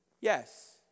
Yes